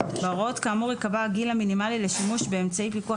בהוראות כאמור ייקבע הגיל המינימלי לשימוש באמצעי פיקוח